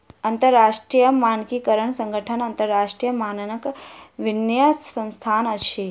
अंतरराष्ट्रीय मानकीकरण संगठन अन्तरराष्ट्रीय मानकक विन्यास संस्थान अछि